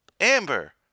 amber